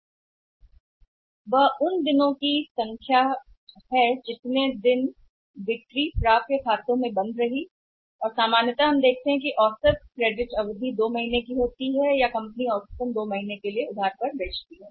जब हम देखते हैं तो प्राप्य खातों में बंद बिक्री के दिनों की संख्या सामान्य रूप से कहती है यह कि क्रेडिट औसत क्रेडिट अवधि है 2 महीने या औसतन 2 महीने के लिए कहें कंपनी क्रेडिट पर बेचती है